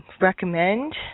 recommend